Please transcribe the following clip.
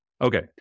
Okay